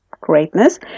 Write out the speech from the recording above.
greatness